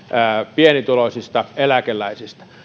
pienituloisista eläkeläisistä